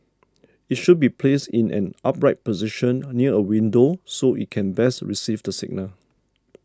it should be placed in an upright position near a window so it can best receive the signal